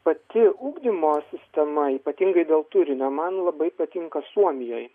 pati ugdymo sistema ypatingai dėl turinio man labai patinka suomijoj